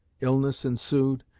illness ensued,